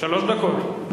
שלוש דקות.